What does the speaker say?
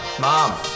Mom